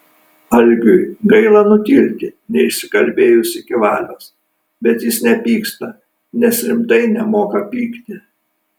algiui gaila nutilti neišsikalbėjus iki valios bet jis nepyksta nes rimtai nemoka pykti